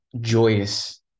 joyous